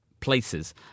places